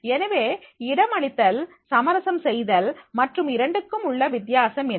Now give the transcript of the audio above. எனவே இடம் அளித்தல் சமரசம் செய்தல் மற்றும் இரண்டுக்கும் உள்ள வித்தியாசம் என்ன